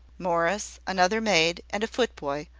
morris, another maid, and a foot-boy,